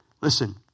listen